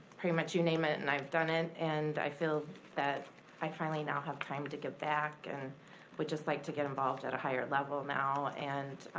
pretty much you name it and i've done it. and i feel that i finally now have time to give back, and would just like to get involved at a higher level now. and